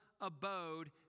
abode